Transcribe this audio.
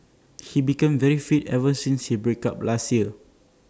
he became very fit ever since his break up last year